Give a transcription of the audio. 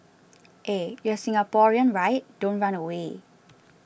eh you're Singaporean right don't run away